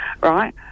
right